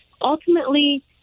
ultimately